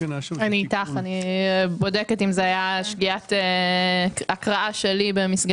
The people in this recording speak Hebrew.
אני בודקת אם זה היה שגיאת הקראה שלי במסגרת